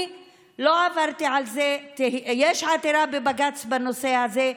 אני לא עברתי על זה, יש עתירה בבג"ץ בנושא הזה.